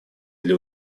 для